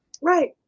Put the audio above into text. right